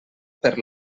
per